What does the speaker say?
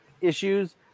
issues